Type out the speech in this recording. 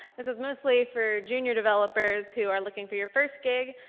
this is mostly for junior developers who are looking for your first gig,